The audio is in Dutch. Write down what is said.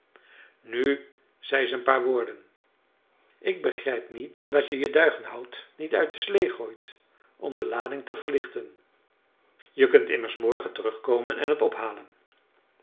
nu zei ze een paar woorden ik begrijp niet dat je je duigenhout niet uit de sleê gooit om de lading te verlichten je kunt immers morgen terugkomen en het ophalen